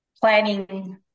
planning